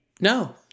No